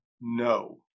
no